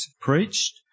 preached